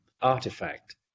artifact